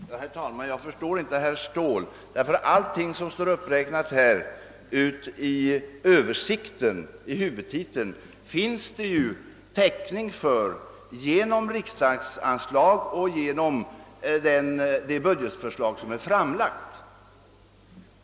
Herr talman! Jag förstår inte herr Ståhl. Det finns ju täckning för allt som står uppräknat i översikten under huvudtiteln dels genom beviljade anslag, dels genom det budgetförslag som är framlagt.